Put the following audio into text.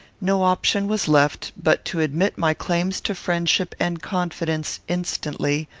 no option was left but to admit my claims to friendship and confidence instantly,